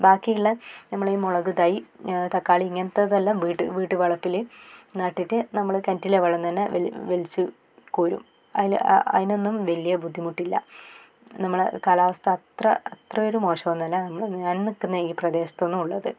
ബാക്കിയുള്ള നമ്മൾ ഈ മുളക് തൈ തക്കാളി ഇങ്ങനത്തതെല്ലാം വീട്ട് വീട്ടുവളപ്പിൽ നട്ടിട്ട് നമ്മൾ കിണറ്റിലെ വെള്ളം തന്നെ വലി വലിച്ച് കോരും അതിൽ ആ അതിനൊന്നും വലിയ ബുദ്ധിമുട്ടില്ല നമ്മള കാലാവസ്ഥ അത്ര അത്രയൊരു മോശമൊന്നുമല്ല നമ്മൾ ഞാൻ നിൽക്കുന്ന ഈ പ്രദേശത്തൊന്നും ഉള്ളത്